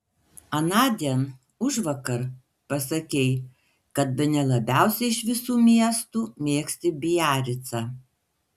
anądien užvakar pasakei kad bene labiausiai iš visų miestų mėgsti biaricą